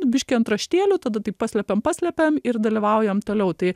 biškį antraštėlių tada taip paslepiam paslepiam ir dalyvaujam toliau tai